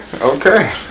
okay